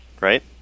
right